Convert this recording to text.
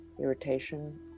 irritation